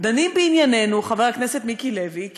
דנים בעניינינו, חבר הכנסת מיקי לוי,